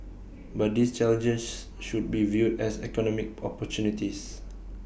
but these challenges should be viewed as economic opportunities